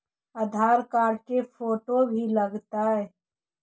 आधार card के photo भी लग तै?